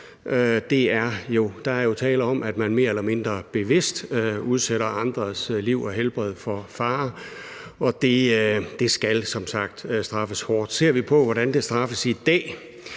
Der er jo tale om, at man mere eller mindre bevidst udsætter andres liv og helbred for fare, og det skal som sagt straffes hårdt. Ser vi på, hvordan det straffes i dag,